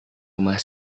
rumah